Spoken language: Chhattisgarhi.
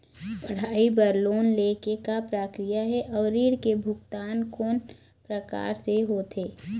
पढ़ई बर लोन ले के का प्रक्रिया हे, अउ ऋण के भुगतान कोन प्रकार से होथे?